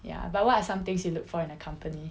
ya but what are some things you look for in a company